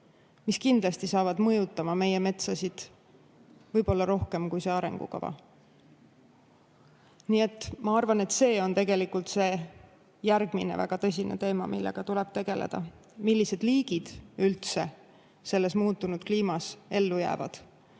tormid kindlasti hakkavad mõjutama meie metsi, võib-olla rohkem kui see arengukava. Nii et ma arvan, et see on tegelikult see järgmine väga tõsine teema, millega tuleb tegeleda. Millised liigid üldse selles muutunud kliimas ellu jäävad?